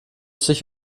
sich